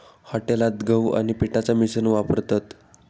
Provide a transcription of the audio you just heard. हॉटेलात गहू आणि पिठाचा मिश्रण वापरतत